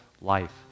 life